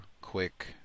quick